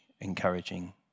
encouraging